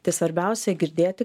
tai svarbiausia girdėti